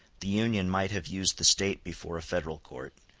the union might have used the state before a federal court,